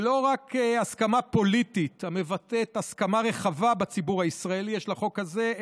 ולא רק הסכמה פוליטית המבטאת הסכמה רחבה בציבור הישראלי יש לחוק הזה,